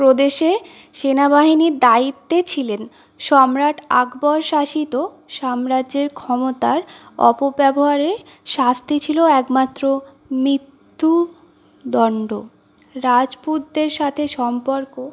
প্রদেশে সেনাবাহিনীর দায়িত্বে ছিলেন সম্রাট আকবর শাসিত সাম্রাজ্যের ক্ষমতার অপব্যবহারের শাস্তি ছিল একমাত্র মৃত্যুদন্ড রাজপুতদের সাথে সম্পর্ক